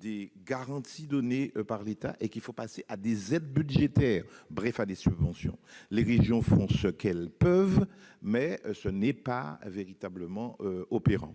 des garanties données par l'État et passer à des aides budgétaires, c'est-à-dire à des subventions. Les régions font ce qu'elles peuvent, mais ce n'est pas véritablement opérant.